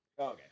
Okay